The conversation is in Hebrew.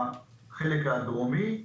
בחלק הדרומי.